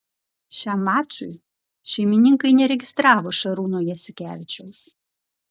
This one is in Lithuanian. šiam mačui šeimininkai neregistravo šarūno jasikevičiaus